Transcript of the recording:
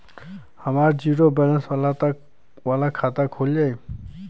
हमार zero balance वाला खाता खुल जाई?